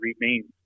remains